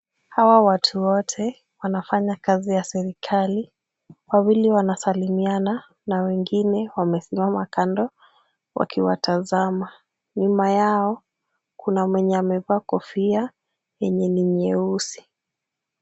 Hawa watu wote wanafanya kazi ya serikali. Wawili wanasalimiana na wengine wamesimama kando wakiwatazama. Nyuma yao kuna mwenye amevaa kofia yenye ni nyeusi.